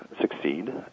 succeed